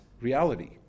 reality